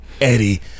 Eddie